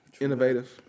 innovative